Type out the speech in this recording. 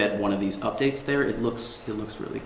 embed one of these updates there it looks it looks really